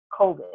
covid